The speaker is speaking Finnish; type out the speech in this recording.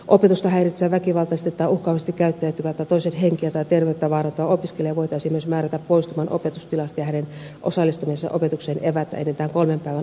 opetusta häiritsevä väkivaltaisesti tai uhkaavasti käyttäytyvä toisen henkeä tai terveyttä vaarantava opiskelija voitaisiin myös määrätä poistumaan opetustilasta ja hänen osallistumisensa opetukseen evätä enintään kolmen päivän ajaksi